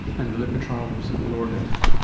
and the lipid trial was at lower levels.